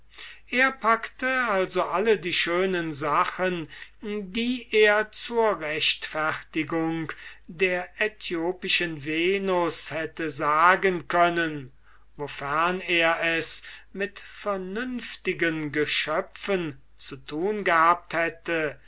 er packte also alle die schönen sachen die er zur rechtfertigung der äthiopischen venus hätte sagen können wofern er es mit vernünftigen geschöpfen zu tun gehabt hätte